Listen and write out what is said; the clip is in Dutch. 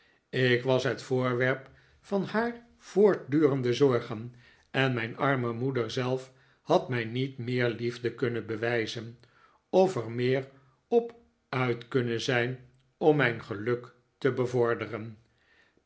ik was het voorwerp van haar voortdurende zorgen en mijn arme moeder zelf had mij niet meer liefde kunnen bewijzen ol er meer op uit kunnen zijn om mijn geluk te bevorderen